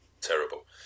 terrible